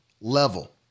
level